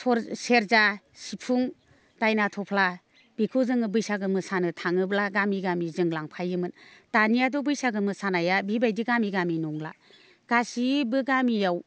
सेरजा सिफुं दायना थफ्ला बेखौ जोङो बैसागु मोसानो थाङोब्ला गामि गामि जों लांफायोमोन दानियाथ' बैसागु मोसानाया बेबायदि गामि गामि नंला गासैबो गामियाव